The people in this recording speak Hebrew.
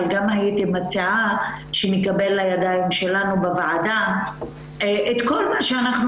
אבל גם הייתי מציעה שנקבל לידינו בוועדה את כל מה שאנחנו